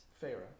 Pharaoh